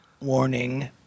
Warning